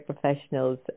Professionals